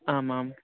आम् आम्